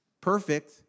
perfect